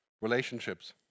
Relationships